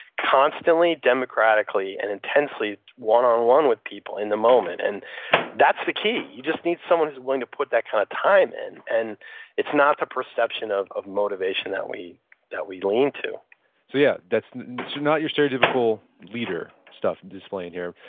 constantly, democratically, and intensely one on one with people, in the moment. and that's the key. you just need someone who's willing to put that kind of time in and it's not the perception of of motivation that we that we lean to so yeah that's so not your stereotypical leader stuff displaying here.